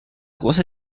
größer